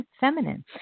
feminine